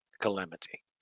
calamity